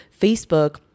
Facebook